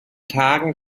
tagen